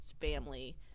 Family